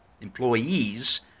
employees